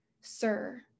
Sir